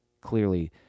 Clearly